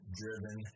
driven